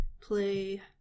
play